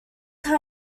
kind